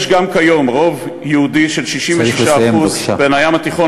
יש גם כיום רוב יהודי של 66% צריך לסיים,